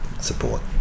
support